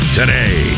today